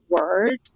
word